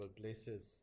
places